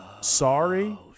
sorry